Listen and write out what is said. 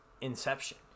inception